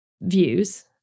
views